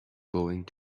going